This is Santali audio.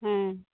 ᱦᱮᱸ